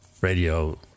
Radio